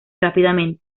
rápidamente